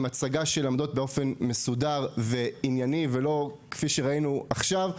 עם הצגה של העמדות באופן מסודר וענייני ולא כפי שראינו עכשיו,